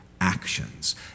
actions